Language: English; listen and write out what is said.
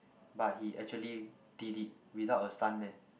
but he actually did it without a stunt man